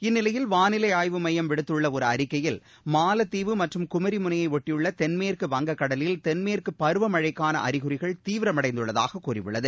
இந்நிலையில் வானிலை ஆய்வுமையம் விடுத்துள்ள ஒரு அறிக்கையில் மாலத்தீவு மற்றும் குமரி முனையை ஒட்டியுள்ள தென்மேற்கு வங்கக் கடலில் தென்மேற்கு பருவமழைக்கான அறிகுறிகள் தீவிரமடைந்துள்ளதாக கூறியுள்ளது